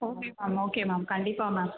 okay ma'am okay ma'am கண்டிப்பாக ma'am